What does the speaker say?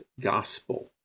gospel